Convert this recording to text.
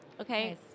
Okay